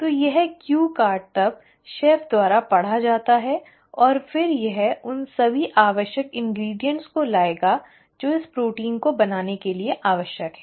तो यह Q card तब शेफ द्वारा पढ़ा जाता है और फिर यह उन सभी आवश्यक सामग्रियों को लाएगा जो इस प्रोटीन को बनाने के लिए आवश्यक हैं